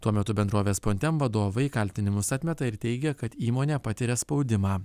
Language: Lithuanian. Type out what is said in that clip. tuo metu bendrovės pontem vadovai kaltinimus atmeta ir teigia kad įmonė patiria spaudimą